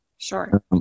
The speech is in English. Sure